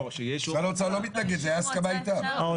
משרד האוצר לא מתנגד, זו הייתה הסכמה איתם.